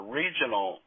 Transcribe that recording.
regional